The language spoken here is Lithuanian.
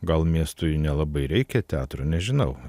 gal miestui nelabai reikia teatro nežinau